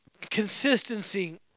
consistency